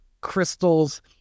crystals